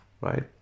right